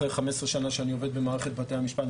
אחרי 15 שנה שאני עובד במערכת בתי המשפט,